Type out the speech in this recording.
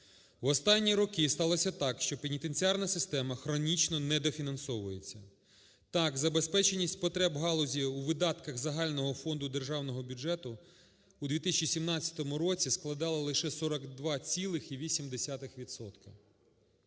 В останні роки сталось так, що пенітенціарна система хронічно недофінансовується. Так, забезпеченість потреб галузі у видатках загального фонду державного бюджету у 2017 році складала лише 42,8